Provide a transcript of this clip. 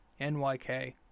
NYK